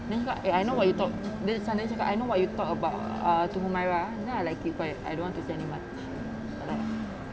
then dia cakap eh I know what you talked dia suddenly cakap I know what you talked about err to humairah then I like keep quiet I don't wanna say anymore correct